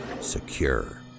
Secure